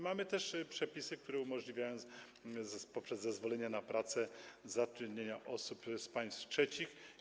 Mamy też przepisy, które umożliwiają poprzez zezwolenie na pracę zatrudnianie osób z państw trzecich.